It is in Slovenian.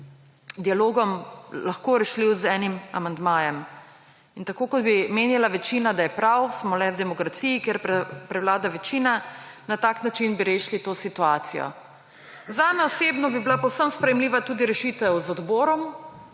dialogom lahko rešljiv z enim amandmajem in tako, kot bi menila večina, da je prav, ker smo le v demokraciji, kjer prevlada večina, na tak način bi rešili to situacijo. Za mene osebno bi bila povsem sprejemljiva tudi rešitev z odborom,